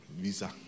Visa